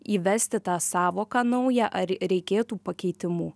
įvesti tą sąvoką naują ar reikėtų pakeitimų